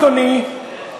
אדוני,